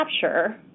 capture